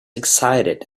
excited